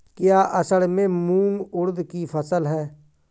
क्या असड़ में मूंग उर्द कि फसल है?